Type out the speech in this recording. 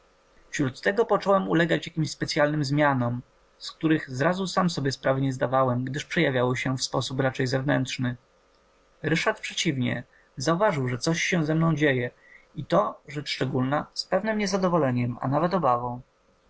wśród tego począłem ulegać jakimś specyalnym zmianom z których zrazu sam sobie sprawy nie zdawałem gdyż przejawiały się w sposób raczej zewnętrzny ryszard przeciwnie zauważył że coś się ze mną dzieje i to rzecz szczególna z pewnem niezadowoleniem a nawet obawą